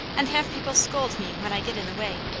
and have people scold me when i get in the way,